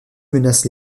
menace